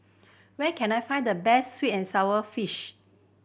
where can I find the best sweet and sour fish